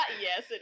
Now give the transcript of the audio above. Yes